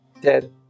dead